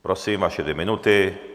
Prosím, vaše dvě minuty.